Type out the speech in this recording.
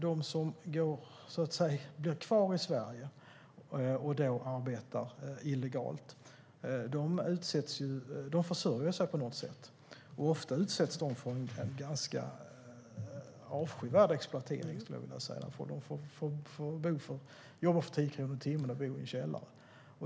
De som blir kvar i Sverige och arbetar illegalt för att försörja sig på något sätt utsätts ofta för en avskyvärd exploatering. De jobbar för 10 kronor i timmen och bor i källare.